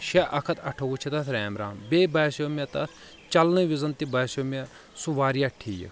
شیٚے اکھ ہتھ اٹھووُہ چھِ تتھ ریم رام بییٚہِ باسیٚو مےٚ تتھ چلنہٕ وزِ تہِ باسیٚو مےٚ سُہ واریاہ ٹھیٖک